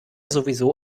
sowieso